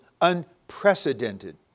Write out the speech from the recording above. unprecedented